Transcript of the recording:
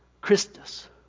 Christus